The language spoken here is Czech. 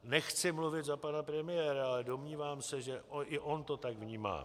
Nechci mluvit za pana premiéra, ale domnívám se, že i on to tak vnímá.